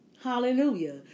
Hallelujah